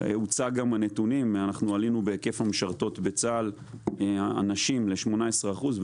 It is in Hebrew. הוצגו גם נתונים לפיהם עלינו בהיקף המשרתות בצה"ל ל-18 אחוזים